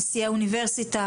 נשיאי האוניברסיטה,